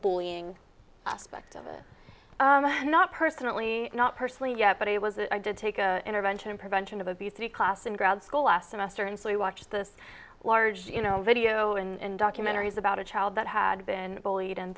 bullying aspect of it not personally not personally yet but it was it i did take a intervention and prevention of obesity class in grad school last semester and so we watched this large you know video in documentaries about a child that had been bullied and